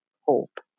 hope